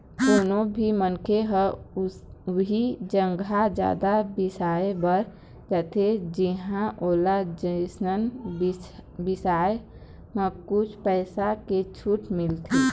कोनो भी मनखे ह उही जघा जादा बिसाए बर जाथे जिंहा ओला जिनिस बिसाए म कुछ पइसा के छूट मिलथे